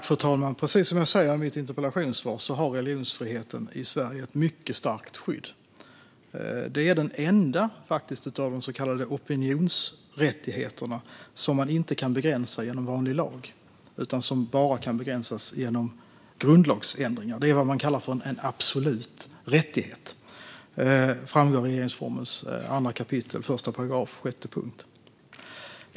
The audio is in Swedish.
Fru talman! Precis som jag sa i mitt interpellationssvar har religionsfriheten i Sverige ett mycket starkt skydd. Det är den enda av de så kallade opinionsrättigheterna som man inte kan begränsa genom vanlig lag. Den kan bara begränsas genom en grundlagsändring. Det är vad man kallar en absolut rättighet. Det framgår i regeringsformens 2 kap. 1 § 6.